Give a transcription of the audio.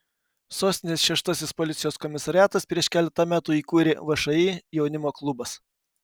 sostinės šeštasis policijos komisariatas prieš keletą metų įkūrė všį jaunimo klubas